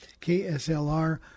KSLR